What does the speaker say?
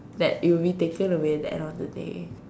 that it will be taken away at the end of the day